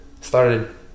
Started